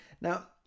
Now